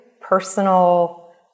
personal